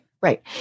right